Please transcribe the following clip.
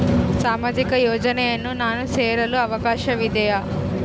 ಸಾಮಾಜಿಕ ಯೋಜನೆಯನ್ನು ನಾನು ಸೇರಲು ಅವಕಾಶವಿದೆಯಾ?